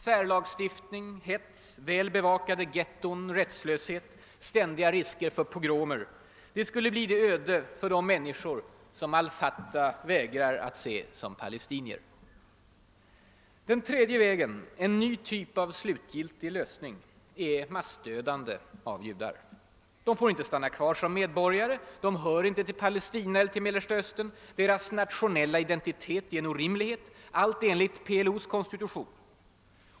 Särlagstiftning, hets, väl bevakade getton, rättslöshet, ständiga risker för pogromer skulle bli det öde som väntar de människor som al Fatah vägrar att se som palestinier. Den tredje vägen — en ny typ av »slutgiltig lösning» — är ett massdödande av judar. De får inte stanna kvar som medborgare, de hör inte till Mellersta Östern, deras nationella identitet är en orimlighet — allt enligt PLO:s konstitution.